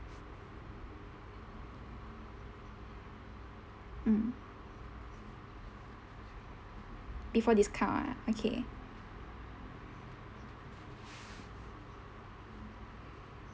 mm before discount ah okay